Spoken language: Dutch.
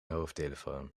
hoofdtelefoon